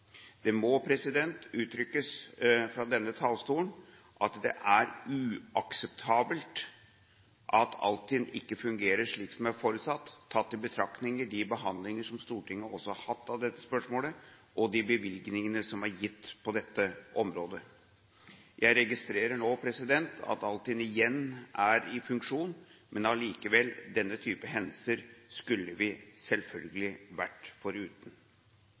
Det må uttrykkes fra denne talerstolen at det er uakseptabelt at Altinn ikke fungerer slik som forutsatt, tatt i betraktning de behandlinger Stortinget også har hatt av dette spørsmålet og de bevilgningene som er gitt på dette området. Jeg registrerer nå at Altinn igjen er i funksjon, men allikevel, denne type hendelser skulle vi selvfølgelig ha vært foruten.